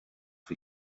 bhí